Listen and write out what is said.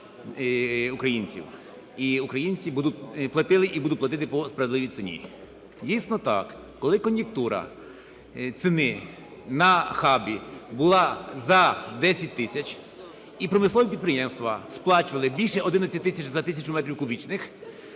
українців. І українці платили і будуть платити по справедливій ціні. Дійсно, так, коли кон'юнктура ціни на хабі була за 10 тисяч, і промислові підприємства сплачували більше 11 тисяч за тисячу метрів кубічних,